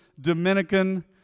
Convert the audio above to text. Dominican